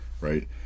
right